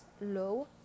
low